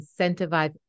incentivize